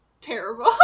terrible